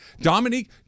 Dominique